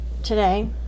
today